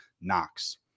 Knox